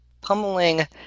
pummeling